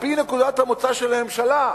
על-פי נקודת המוצא של הממשלה.